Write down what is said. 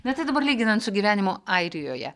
na tai dabar lyginant su gyvenimu airijoje